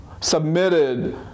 submitted